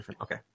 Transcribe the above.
Okay